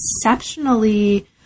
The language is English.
exceptionally